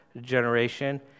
generation